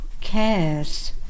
cares